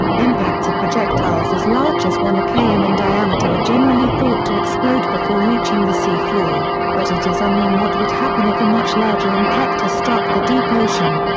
impacts of projectiles as large as one km in diameter are generally thought to explode before reaching the sea floor, but it is unknown what would happen if a much larger impactor struck the deep ocean.